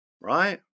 right